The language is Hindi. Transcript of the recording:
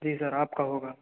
जी सर आपका होगा